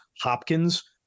Hopkins